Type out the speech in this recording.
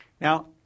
Now